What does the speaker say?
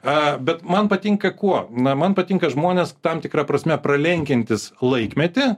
a bet man patinka kuo na man patinka žmonės tam tikra prasme pralenkiantys laikmetį